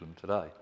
today